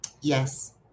Yes